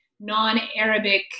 non-Arabic